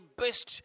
best